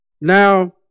Now